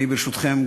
ברשותכם,